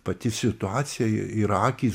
pati situacija ir akys